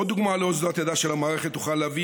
עוד דוגמה לאוזלת ידה של המערכת אוכל להביא